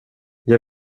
jag